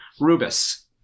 Rubus